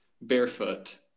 barefoot